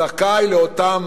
זכאי לאותן